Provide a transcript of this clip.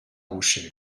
rochelle